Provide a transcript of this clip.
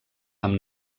amb